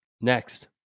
Next